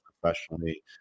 professionally